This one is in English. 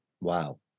Wow